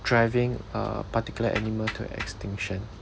driving a particular animal to extinction